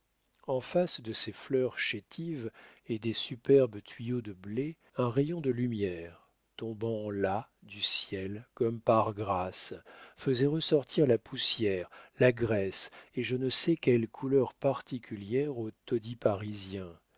en face de ces fleurs chétives et des superbes tuyaux de blé un rayon de lumière tombant là du ciel comme par grâce faisait ressortir la poussière la graisse et je ne sais quelle couleur particulière aux taudis parisiens